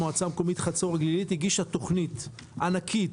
המועצה המקומית חצור הגלילית הגישה תוכנית ענקית,